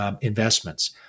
investments